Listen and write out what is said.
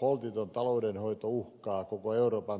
holtiton taloudenhoito uhkaa koko euroopan tulevaisuutta